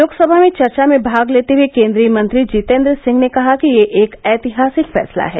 लोकसभा में चर्चा में भाग लेते हुए केंदीय मंत्री जितेन्द्र सिंह ने कहा कि यह एक ऐतिहासिक फैसला है